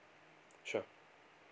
sure